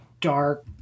dark